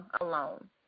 alone